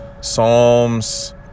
Psalms